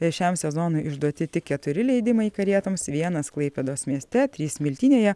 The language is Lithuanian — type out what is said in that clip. ir šiam sezonui išduoti tik keturi leidimai karietoms vienas klaipėdos mieste trys smiltynėje